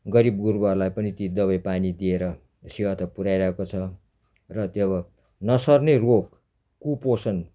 गरिब गुर्बहरूलाई पनि ती दबाईपानी दिएर सेवा त पुऱ्याइरहेको छ र त्यो अब नसर्ने रोग कुपोषण